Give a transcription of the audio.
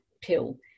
pill